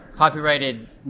copyrighted